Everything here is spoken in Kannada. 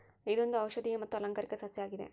ಇದೊಂದು ಔಷದಿಯ ಮತ್ತು ಅಲಂಕಾರ ಸಸ್ಯ ಆಗಿದೆ